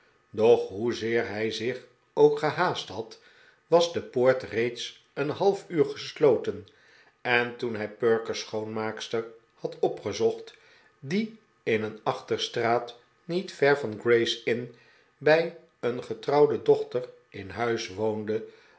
doch hoezeer hij zich ook gehaast had was de poort reeds een half uur gesloten en toen hij perker's schoonmaakster had opgezocht die in een achterstraat niet ver van grays inn bij een getrouwde dochter in huis woonde